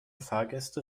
fahrgäste